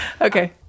Okay